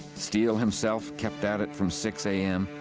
steele himself kept at it from six a m.